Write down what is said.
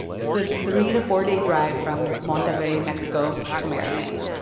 it's a three to four-day drive from monterrey, mexico, to maryland.